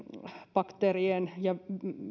bakteerien ja